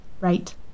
right